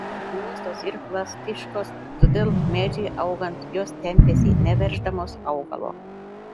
juostos yra plastiškos todėl medžiui augant jos tempiasi neverždamos augalo